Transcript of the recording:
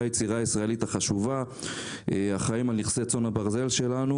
היצירה הישראלית החשובה שאחראים על נכסי צאן הברזל שלנו.